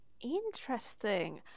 Interesting